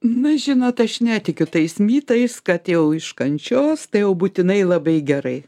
na žinot aš netikiu tais mitais kad jau iš kančios tai jau būtinai labai gerai